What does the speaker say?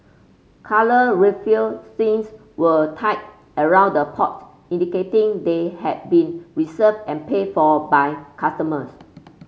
coloured raffia strings were tied around the pots indicating they had been reserved and paid for by customers